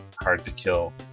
hard-to-kill